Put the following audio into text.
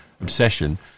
obsession